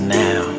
now